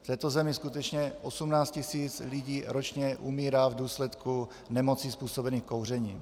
V této zemi skutečně 18 tisíc lidí ročně umírá v důsledku nemocí způsobených kouřením.